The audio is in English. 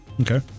Okay